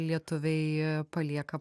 lietuviai palieka